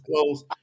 close